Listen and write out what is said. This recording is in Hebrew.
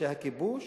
שהכיבוש